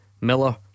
Miller